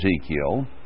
Ezekiel